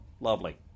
Lovely